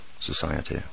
society